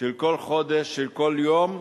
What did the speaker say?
כל חודש וכל יום.